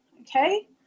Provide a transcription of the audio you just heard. okay